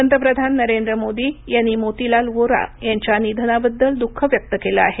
पंतप्रधान नरेंद्र मोदी यांनी मोतीलाल व्होरा यांच्या निधनाबद्दल दुःख व्यक्त केलं आहे